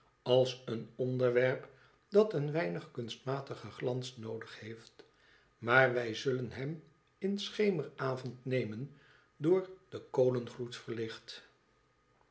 als een onderwerp dat een weinig kunstmatigen glans noodig heeft maar wij zullen hem in schemeravond nemen door den kolengloed verlicht